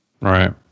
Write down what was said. Right